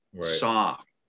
soft